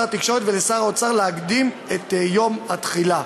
התקשורת ולשר האוצר להקדים את יום התחילה.